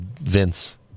Vince